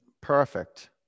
perfect